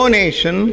nation